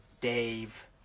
Dave